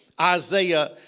Isaiah